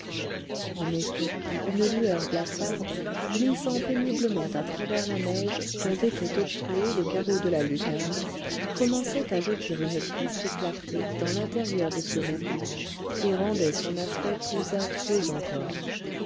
en effet une lueur blafarde glissant péniblement à travers la neige dont était obstrué le carreau de la lucarne commençait à jeter une triste clarté dans l'intérieur de ce réduit et rendait son aspect plus affreux encore